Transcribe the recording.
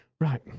Right